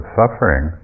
suffering